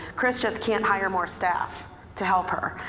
chris just can't hire more staff to help her.